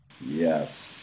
Yes